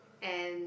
and